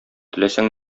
теләсәң